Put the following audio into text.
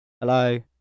hello